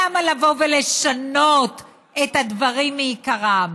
למה לבוא ולשנות את הדברים מעיקרם?